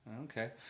Okay